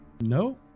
No